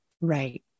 Right